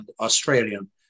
Australian